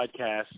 podcast